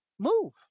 Move